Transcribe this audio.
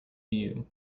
view